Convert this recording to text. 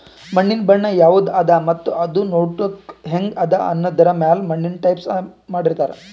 ಮಣ್ಣಿನ್ ಬಣ್ಣ ಯವದ್ ಅದಾ ಮತ್ತ್ ಅದೂ ನೋಡಕ್ಕ್ ಹೆಂಗ್ ಅದಾ ಅನ್ನದರ್ ಮ್ಯಾಲ್ ಮಣ್ಣಿನ್ ಟೈಪ್ಸ್ ಮಾಡಿರ್ತಾರ್